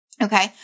Okay